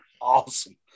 awesome